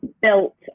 built